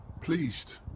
pleased